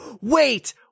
wait